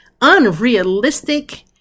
unrealistic